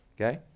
Okay